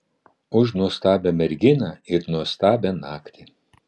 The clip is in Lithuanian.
už nuostabią merginą ir nuostabią naktį